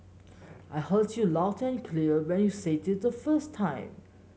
I heard you loud and clear when you said it the first time